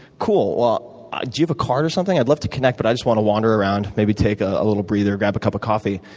cool, ah do you have a card or something? i'd love to connect, but i just want to wander around, maybe take a a little breather, or grab a cup of coffee.